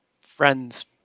friends